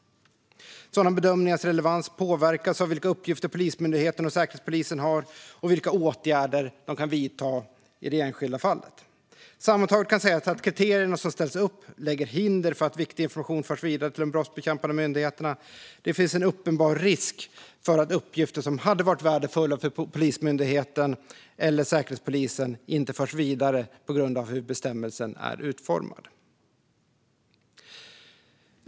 Sådana bedömningars relevans påverkas av vilka uppgifter Polismyndigheten och Säkerhetspolisen har och vilka åtgärder de kan vidta i det enskilda fallet. Sammantaget kan sägas att kriterierna som ställs upp lägger hinder i vägen för att viktig information förs vidare till de brottsbekämpande myndigheterna. Det finns en uppenbar risk för att uppgifter som hade varit värdefulla för Polismyndigheten eller Säkerhetspolisen inte förs vidare på grund av hur bestämmelsen är utformad.